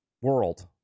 world